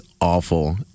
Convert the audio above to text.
awful